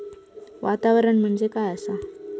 वातावरण म्हणजे काय आसा?